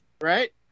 right